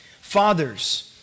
Fathers